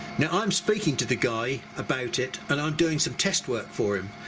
now i'm speaking to the guy about it and i'm doing some test work for him,